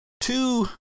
two